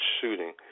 shooting